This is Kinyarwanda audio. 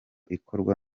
ikorwa